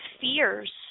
fears